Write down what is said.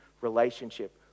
relationship